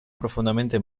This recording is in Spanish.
profundamente